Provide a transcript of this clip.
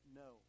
no